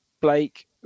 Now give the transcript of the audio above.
Blake